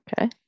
Okay